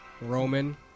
Roman